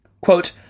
Quote